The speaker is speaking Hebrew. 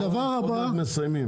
אנחנו עוד מעט מסיימים.